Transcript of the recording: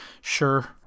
sure